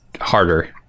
harder